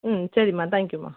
ம் சரிம்மா தேங்க்யூம்மா